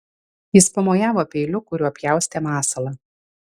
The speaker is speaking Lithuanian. jis pamojavo peiliu kuriuo pjaustė masalą